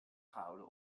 gehouden